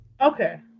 Okay